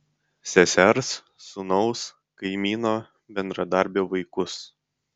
sesers sūnaus kaimyno bendradarbio vaikus